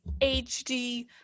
HD